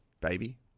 baby